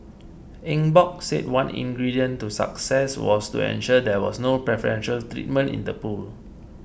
Eng Bock said one ingredient to success was to ensure there was no preferential treatment in the pool